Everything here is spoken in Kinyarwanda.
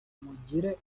mugire